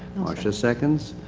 marsha seconds.